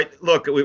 look